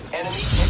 as